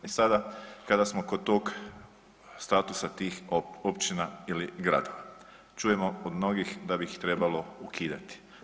I sada kada smo kod tog statusa tih općina ili gradova, čujemo od mnogih da bi ih trebalo ukidati.